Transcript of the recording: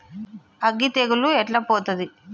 అగ్గి తెగులు ఎట్లా పోతది?